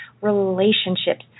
relationships